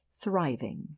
Thriving